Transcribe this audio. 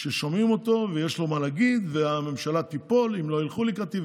ששומעים אותו ויש לו מה להגיד: הממשלה תיפול אם לא ילכו לקראתי,